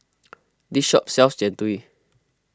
this shop sells Jian Dui